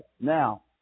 Now